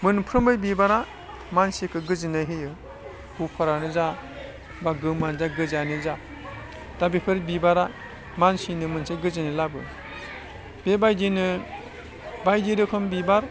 मोनफ्रोमबो बिबारा मानसिखौ गोजोन्नाय होयो गुफुरानो जा बा गोमोआनो जा गोजायानो जा दा बेफोर बिबारा मानसिनो मोनसे गोजोननाय लाबो बेबायदिनो बायदि रोखोम बिबार